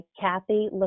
Kathy